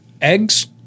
Eggs